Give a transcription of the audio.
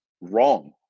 wrong